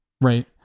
Right